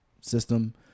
system